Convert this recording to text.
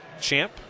champ